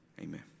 Amen